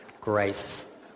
grace